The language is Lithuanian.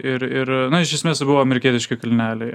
ir ir na iš esmės buvo amerikietiški kalneliai